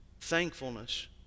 thankfulness